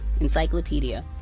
encyclopedia